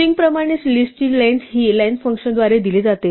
string प्रमाणे लिस्टची length ही len फंक्शनद्वारे दिली जाते